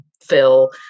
phil